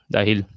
Dahil